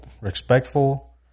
respectful